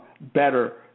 better